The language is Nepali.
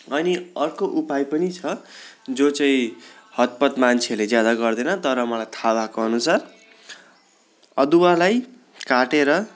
अनि अर्को उपाय पनि छ जो चाहिँ हतपत मान्छेहरूले ज्यादा गर्दैन तर मलाई थाहा भएको अनुसार अदुवालाई काटेर